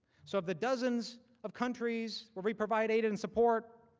so the dozens of countries we provide aid and support